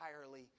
entirely